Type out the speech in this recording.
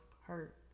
hurt